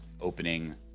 opening